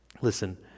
Listen